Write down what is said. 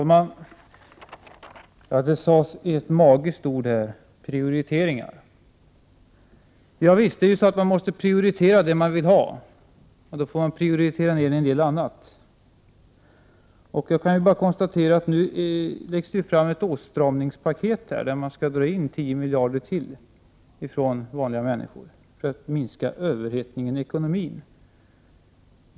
Herr talman! Det sades ett magiskt ord: prioriteringar. Ja visst måste man prioritera det man vill ha, och då får man avstå från en del annat. Nu läggs det fram ett åtstramningspaket som innebär att man skall dra in 10 miljarder kronor ytterligare från vanliga människor för att minska överhettningen i ekonomin.